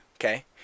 Okay